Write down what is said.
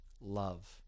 love